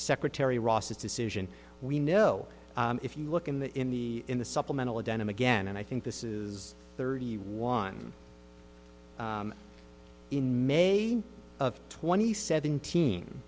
secretary ross's decision we know if you look in the in the in the supplemental of denim again and i think this is thirty one in may of twenty seventeen